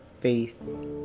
faith